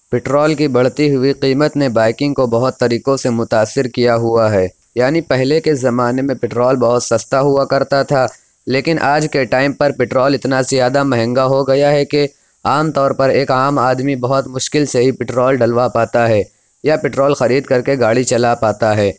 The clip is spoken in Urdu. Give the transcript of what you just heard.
پٹرول کی بڑھتی ہوئی قیمت نے بائیکنگ کو بہت طریقوں سے متاثر کیا ہوا ہے یعنی پہلے کے زمانے میں پٹرول بہت سستا ہوا کرتا تھا لیکن آج کے ٹائم پر پٹرول اتنا زیادہ مہنگا ہو گیا ہے کہ عام طور پر ایک عام آدمی بہت مشکل سے ہی پٹرول ڈلوا پاتا ہے یا پٹرول خرید کر کے گاڑی چلا پاتا ہے